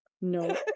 No